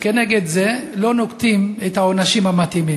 לא נוקטים נגדה את העונשים המתאימים.